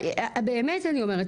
באמת אני אומרת,